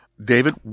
David